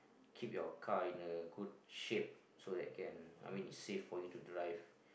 keep you car in a good shape so that can I mean it safe for you to drive